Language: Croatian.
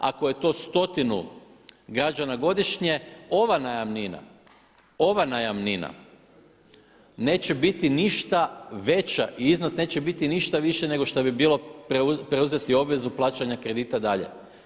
Ako je to stotinu građana godišnje ova najamnina neće biti ništa veća i iznos neće biti ništa više nego šta bi bilo preuzeti obvezu plaćanja kredita dalje.